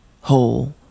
whole